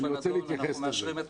אני רוצה -- בנדון, אנחנו מאשרים את